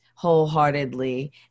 wholeheartedly